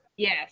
Yes